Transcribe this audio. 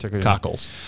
Cockles